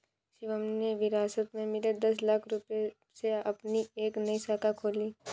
शिवम ने विरासत में मिले दस लाख रूपए से अपनी एक नई शाखा खोली